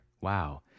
Wow